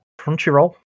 Crunchyroll